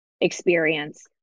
experience